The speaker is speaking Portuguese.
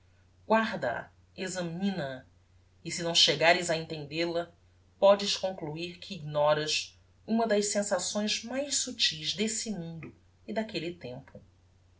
guarda a examina a e se não chegares a entendel a podes concluir que ignoras uma das sensações mais subtis desse mundo e daquelle tempo